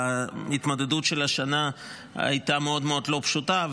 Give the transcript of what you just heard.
ההתמודדות של השנה הייתה מאוד מאוד לא פשוטה,